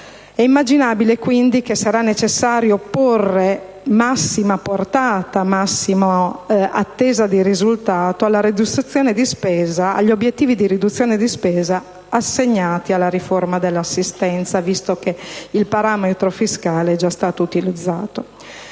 È immaginabile, quindi, che sarà necessario porre massima portata e massima attesa di risultato agli obiettivi di riduzione di spesa assegnati alla riforma dell'assistenza, visto che il parametro fiscale è stato già utilizzato.